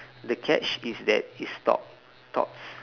the catch is that it stop talks